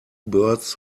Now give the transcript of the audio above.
birds